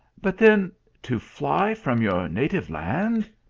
but then to fly from your native land.